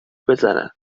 بزنم